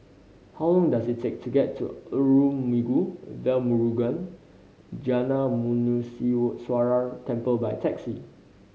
how long does it take to get to Arulmigu Velmurugan Gnanamuneeswarar Temple by taxi